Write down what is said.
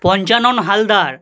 Panchanan Haldar